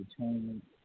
entertainment